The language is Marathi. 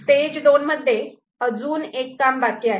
स्टेज 2 मध्ये अजून एक काम बाकी आहे